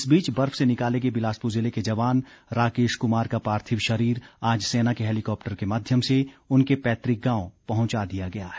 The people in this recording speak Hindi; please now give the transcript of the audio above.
इस बीच बर्फ से निकाले गए बिलासपुर जिले के जवान राकेश कुमार का पार्थिव शरीर आज सेना के हैलिकॉप्टर के माध्यम से उनके पैतृक गांव पहुंचा दिया गया है